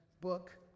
book